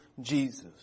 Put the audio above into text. Jesus